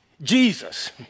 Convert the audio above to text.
Jesus